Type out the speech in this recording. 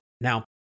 Now